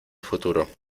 futuro